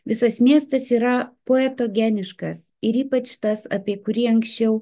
visas miestas yra poetogeniškas ir ypač tas apie kurį anksčiau